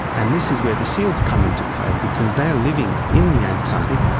and this is where the seals come into play because they are living in the antarctic,